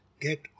get